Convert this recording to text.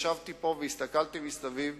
ישבתי פה והסתכלתי סביב.